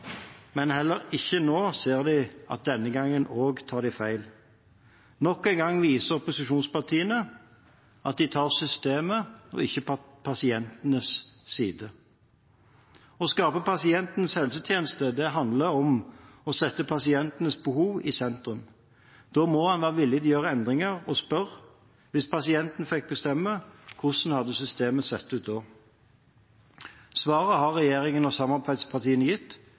Men heller ikke denne gangen ser de at de tar feil. Nok en gang viser opposisjonspartiene at de tar systemets, ikke pasientenes side. Å skape pasientens helsetjeneste handler om å sette pasientens behov i sentrum. Da må en være villig til å gjøre endringer og spørre: Hvis pasienten fikk bestemme, hvordan hadde systemet sett ut da? Svaret har regjeringen og samarbeidspartiene gitt: